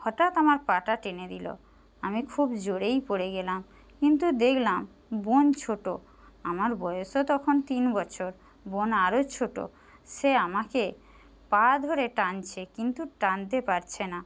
হঠাৎ আমার পাটা টেনে দিল আমি খুব জোরেই পড়ে গেলাম কিন্তু দেখলাম বোন ছোটো আমার বয়সও তখন তিন বছর বোন আরও ছোটো সে আমাকে পা ধরে টানছে কিন্তু টানতে পারছে না